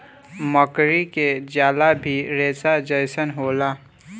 मकड़ी के जाला भी रेसा जइसन होला